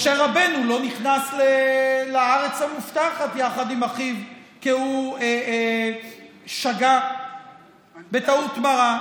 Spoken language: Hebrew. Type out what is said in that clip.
משה רבנו לא נכנס לארץ המובטחת יחד עם אחיו כי הוא שגה בטעות מרה.